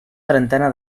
trentena